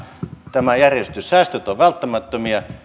tämä järjestys säästöt ovat välttämättömiä